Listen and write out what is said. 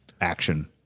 action